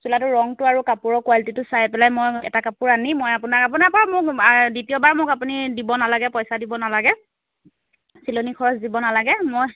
চোলাটো ৰংটো আৰু কাপোৰৰ কোৱালিটিটো চাই পেলাই মই এটা কাপোৰ আনিম মই আপোনাৰ আপোনাৰপৰা মোৰ দ্বিতীয়বাৰ আপুনি মোক দিব নালাগে পইচা দিব নালাগে চিলনী খৰচ দিব নালাগে